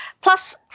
plus